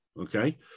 Okay